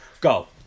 Go